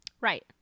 Right